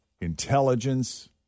intelligence